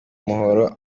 umuhoro